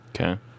Okay